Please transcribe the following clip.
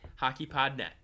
HockeyPodNet